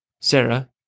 Sarah